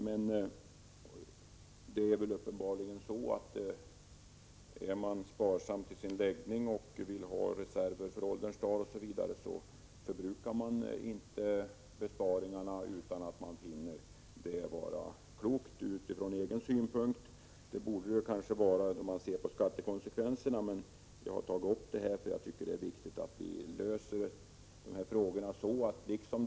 Men är man sparsam till sin läggning och förbrukar man inte besparingarna, om man inte finner det vara klokt från egen synpunkt. Och det är det kanske, om man ser på skattekonsekvenserna. Det är viktigt att vi löser dessa problem.